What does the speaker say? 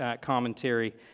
commentary